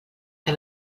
que